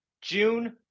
june